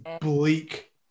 bleak